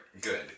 Good